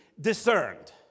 discerned